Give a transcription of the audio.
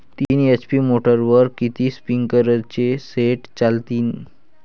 तीन एच.पी मोटरवर किती स्प्रिंकलरचे सेट चालतीन?